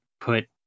put